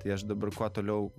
tai aš dabar kuo toliau